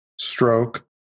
stroke